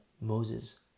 Moses